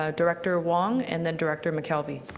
ah director wong and then director mckelvie.